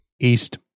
East